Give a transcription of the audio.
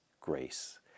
grace